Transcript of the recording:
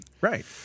Right